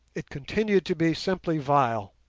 it continued to be simply vile,